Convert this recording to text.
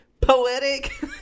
poetic